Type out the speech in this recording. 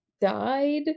died